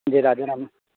જે રાજા રામ